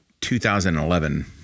2011